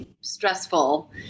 stressful